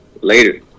Later